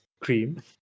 Cream